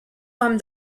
homme